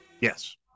Yes